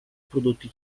prodotti